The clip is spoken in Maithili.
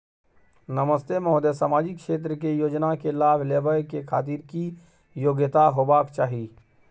नमस्ते महोदय, सामाजिक क्षेत्र के योजना के लाभ लेबै के खातिर की योग्यता होबाक चाही?